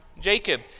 Jacob